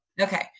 Okay